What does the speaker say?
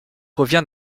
revient